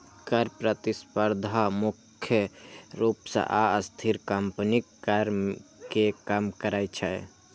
कर प्रतिस्पर्धा मुख्य रूप सं अस्थिर कंपनीक कर कें कम करै छै